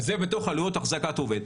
וזה בתוך עלויות אחזקת עובד.